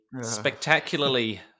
spectacularly